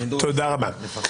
תודה רבה.